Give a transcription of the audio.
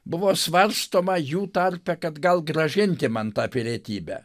buvo svarstoma jų tarpe kad gal grąžinti man tą pilietybę